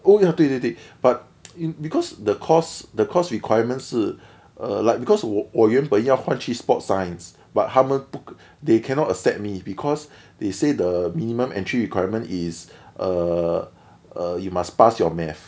oh ya 对对对 but mm because the course the course requirement 是 err like because 我我原本要换去 sports science but 他们不 they cannot accept me because they say the minimum entry requirement is uh uh you must pass your math